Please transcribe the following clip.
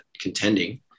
contending